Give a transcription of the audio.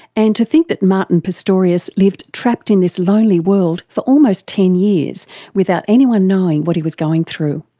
and to think that martin pistorius lived trapped in this lonely world for almost ten years without anyone knowing what he was going through.